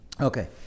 Okay